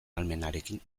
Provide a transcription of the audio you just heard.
ahalmenarekin